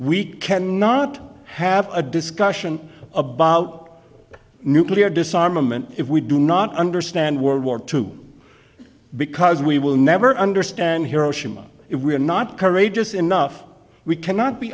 we cannot have a discussion about nuclear disarmament if we do not understand world war two because we will never understand hiroshima if we are not courageous enough we cannot be